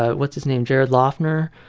ah what's his name, jared loughner.